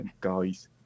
guys